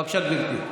בבקשה, גברתי.